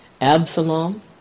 Absalom